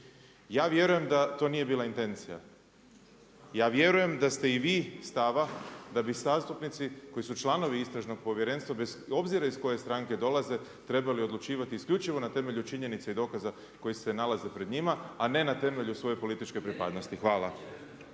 Ja vjerujem da to nije bila intencija, ja vjerujem da ste i vi stava da bi zastupnici koji su članovi istražnog povjerenstva bez obzira iz koje stranke dolaze, trebali odlučivati isključivo na temelju činjenice i dokaza koji se nalaze pred njima, a ne na temelju svoje političke pripadnosti. Hvala.